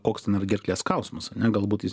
koks ten yr gerklės skausmas ane galbūt jis